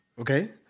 okay